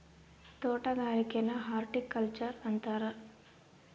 ತೊಟಗಾರಿಕೆನ horticulture ಅಂತಾರ